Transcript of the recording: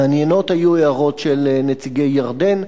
מעניינות היו הערות של נציגי ירדן,